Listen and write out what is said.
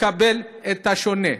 לקבל את השונה.